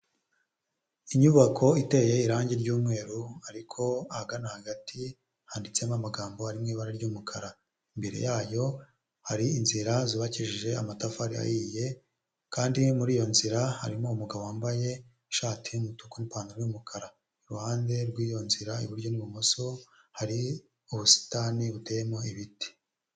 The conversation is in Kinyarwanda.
Inyubako iteye irangi ry'mweru ariko ahagana hagati handitsemo amagambo harimo ibara ry'umukara imbere yayo hari inzira zubakijije amatafari ahiye kandi muri iyo nzira harimo umugabo wambaye ishati y'umutuku n'ipantaro y'umukara iruhande rw'iyo nzira iburyo n'ibumoso hari ubusitani buteyemo ibiti.